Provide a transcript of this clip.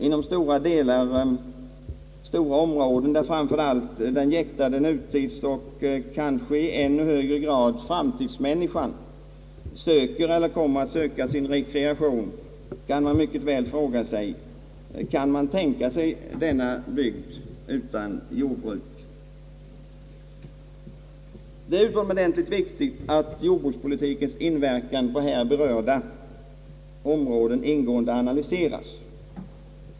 I fråga om stora områden där framför allt den jäktade nutidsoch kanske i ännu högre grad framtidsmänniskan söker eller kommer att söka sin rekreation, kan man mycket väl fråga sig: Kan man tänka sig denna bygd utan jordbruk. Det är utomordentligt viktigt att jordbrukspolitikens inverkan på här berörda områden ingående analyseras.